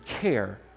care